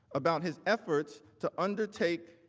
about his efforts to undertake,